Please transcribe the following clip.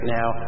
now